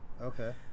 okay